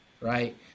right